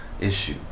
issue